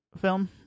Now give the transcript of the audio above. film